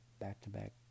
back-to-back